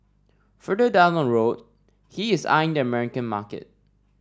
further down the road he is eyeing the American market